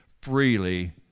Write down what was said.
freely